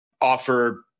offer